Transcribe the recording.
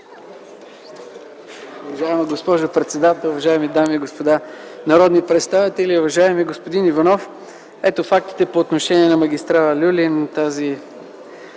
Уважаема госпожо председател, уважаеми дами и господа народни представители! Уважаеми господин Иванов, ето фактите по отношение на магистрала „Люлин” – тази